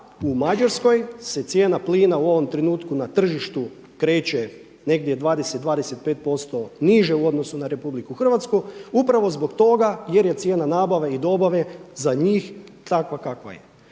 u Mađarskoj se cijena plina u ovom trenutku na tržištu kreće negdje 20, 25% niže u odnosu na RH upravo zbog toga jer je cijena nabave i dobave za njih takva kakva je.